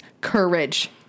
courage